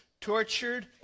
tortured